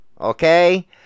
Okay